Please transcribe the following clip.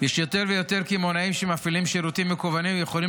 יש יותר ויותר קמעונאים שמפעילים שירותים מקוונים ויכולים